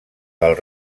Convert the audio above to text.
del